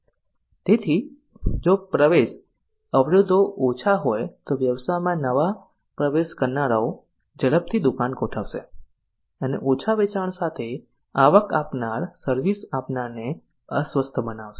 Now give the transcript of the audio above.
તેથી જો પ્રવેશ અવરોધો ઓછા હોય તો વ્યવસાયમાં નવા પ્રવેશ કરનારાઓ ઝડપથી દુકાન ગોઠવશે અને ઓછા વેચાણ સાથે આવક આપનાર સર્વિસ આપનારને અસ્વસ્થ બનાવશે